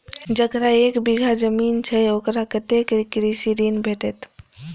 जकरा एक बिघा जमीन छै औकरा कतेक कृषि ऋण भेटत?